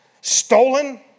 stolen